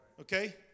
Okay